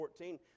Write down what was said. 14